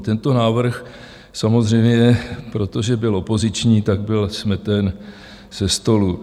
Tento návrh samozřejmě, protože byl opoziční, byl smeten ze stolu.